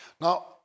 Now